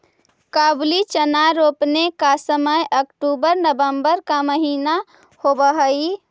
काबुली चना रोपने का समय अक्टूबर नवंबर का महीना होवअ हई